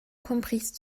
comprises